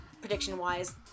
prediction-wise